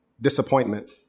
disappointment